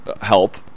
help